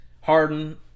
Harden